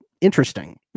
interesting